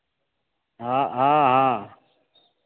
हाँ हाँ हाँ